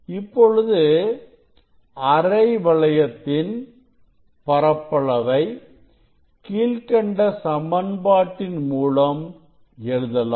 இப்பொழுது அரை வளையத்தின் பரப்பளவை கீழ்க்கண்ட சமன்பாட்டின் மூலம் எழுதலாம்